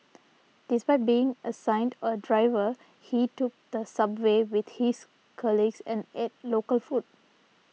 despite being assigned a driver he took the subway with his colleagues and ate local food